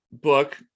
book